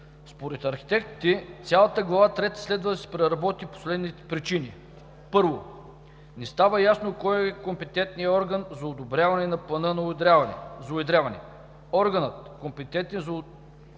Според архитектите цялата Глава трета следва да се преработи по следните причини: 1. Не става ясно кой е компетентният орган за одобряване на плана за уедряване. Органът, компетентен да